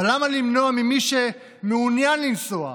אבל למה למנוע ממי שמעוניין לנסוע,